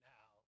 Now